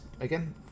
again